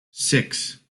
six